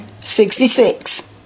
Sixty-six